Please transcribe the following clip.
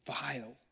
vile